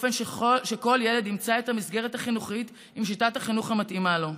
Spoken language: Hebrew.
באופן שכל ילד ימצא את המסגרת החינוכית עם שיטת החינוך המתאימה לו.